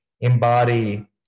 embody